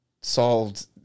solved